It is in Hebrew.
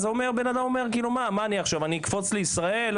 אז בן אדם אומר מה אני אקפוץ לישראל?